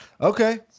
Okay